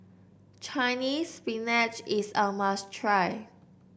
Chinese Spinach is a must try